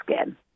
skin